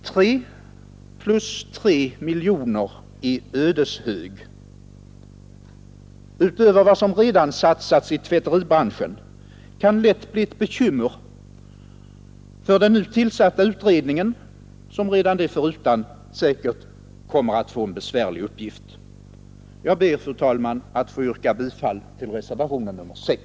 3 plus 3 miljoner i Ödeshög utöver vad som redan satsats i tvätteribranschen kan lätt bli ett bekymmer för den nu tillsatta utredningen, som redan det förutan säkert kommer att få en besvärlig uppgift. Jag ber, fru talman, att få yrka bifall till reservationen 6.